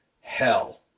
hell